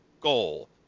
goal